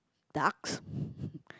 ducks